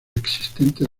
existente